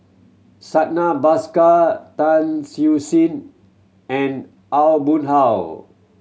Santha Bhaskar Tan Siew Sin and Aw Boon Haw